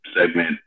segment